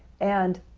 and